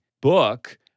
book